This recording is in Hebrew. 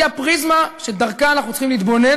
היא הפריזמה שדרכה אנחנו צריכים להתבונן